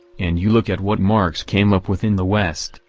and you look at what marx came up with in the west,